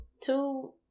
two